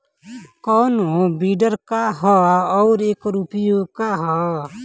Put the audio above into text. कोनो विडर का ह अउर एकर उपयोग का ह?